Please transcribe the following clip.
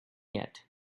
yet